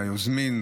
ליוזמים,